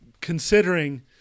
considering –